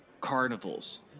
carnivals